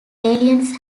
aliens